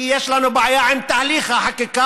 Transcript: כי יש לנו בעיה עם תהליך החקיקה,